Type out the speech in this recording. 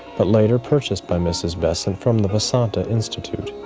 but later purchased by mrs. besant from the vasanta institute.